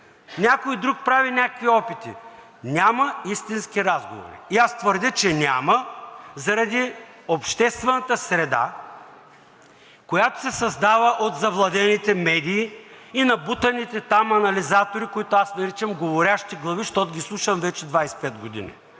Някой друг прави някакви опити. Няма истински разговори. И твърдя, че няма заради обществената среда, която се създава от завладените медии и набутаните там анализатори, които аз наричам говорящи глави, защото ги слушам вече 25 години